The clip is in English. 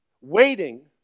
waiting